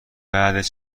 بعد